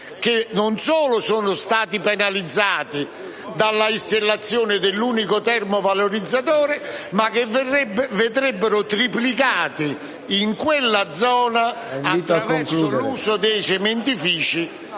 che non solo sono stati penalizzati dalla installazione dell'unico termovalorizzatore, ma vedrebbero triplicati in quella zona, attraverso l'uso dei cementifici,